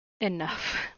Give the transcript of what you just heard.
Enough